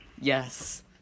Yes